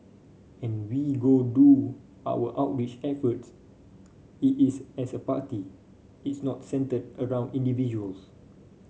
and we go do our outreach efforts it is as a party it's not centred around individuals